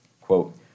Quote